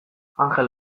anjel